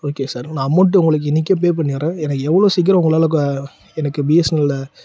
okay sir நான் amount உங்களுக்கு இன்றைக்கே பே பண்ணிடுறேன் எனக்கு எவ்வளோ சீக்கரம் உங்களால் க எனக்கு பிஎஸ்என்எல்லில்